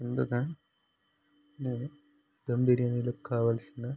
ముందుగా నేను దమ్ బిర్యానిలోకి కావాల్సిన